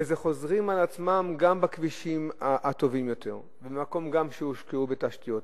וזה חוזר על עצמו גם בכבישים הטובים יותר וגם במקומות שהשקיעו בתשתיות,